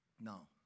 No